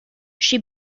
she